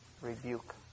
rebuke